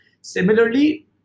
Similarly